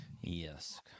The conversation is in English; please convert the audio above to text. Yes